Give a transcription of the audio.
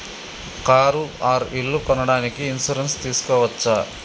Car or ఇల్లు కొనడానికి insurance తీస్కోవచ్చా?